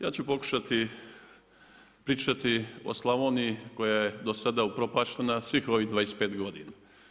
Ja ću pokušati pričati o Slavoniji koja je do sada upropaštena svih ovih 25 godina.